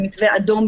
במתווה אדום,